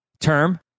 term